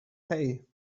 hey